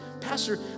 pastor